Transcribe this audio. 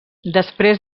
després